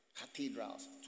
cathedrals